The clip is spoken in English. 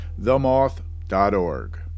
themoth.org